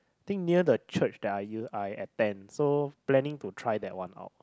I think near the church that I use I attend so planning to try that one out